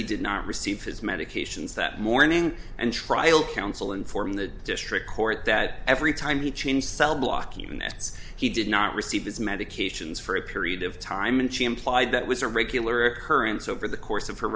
he did not receive his medications that morning and trial counsel inform the district court that every time he changed cell block even as he did not receive his medications for a period of time and she implied that was a regular occurrence over the course of her